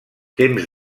temps